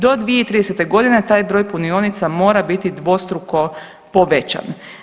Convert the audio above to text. Do 2030. godine taj broj punionica mora biti dvostruko povećan.